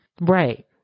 Right